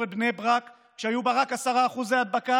את בני ברק כשהיו בה רק 10% הדבקה.